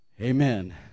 Amen